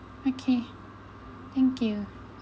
okay thank you